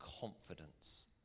confidence